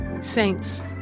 Saints